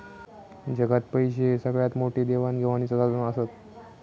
जगात पैशे हे सगळ्यात मोठे देवाण घेवाणीचा साधन आसत